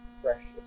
precious